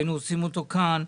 היינו עושים אותו כאן,